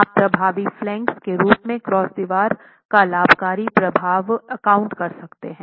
आप प्रभावी फ्लांगेस के रूप में क्रॉस दीवार का लाभकारी प्रभाव अकाउंट कर सकते हैं